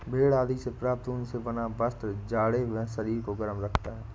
भेड़ आदि से प्राप्त ऊन से बना वस्त्र जाड़े में शरीर को गर्म रखता है